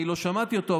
אני לא שמעתי אותו,